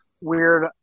weird